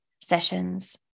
sessions